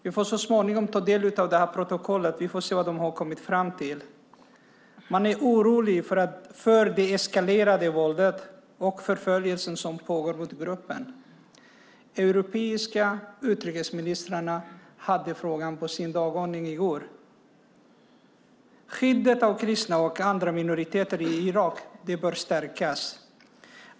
Vi får så småningom ta del av protokollet och se vad de har kommit fram till. Man är orolig för det eskalerade våldet och förföljelsen som pågår mot gruppen. Europeiska utrikesministrarna hade frågan på sin dagordning i går. Skyddet av kristna och andra minoriteter i Irak bör stärkas.